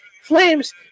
Flames